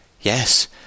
Yes